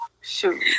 Shoot